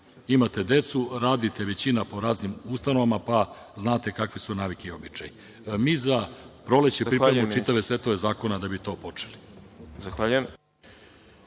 Imate decu, radite većina po raznim ustanovama, pa znate kakve su navike i običaji. Mi za proleće pripremao čitave setove zakona da bi to počeli.